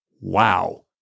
Wow